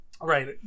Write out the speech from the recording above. Right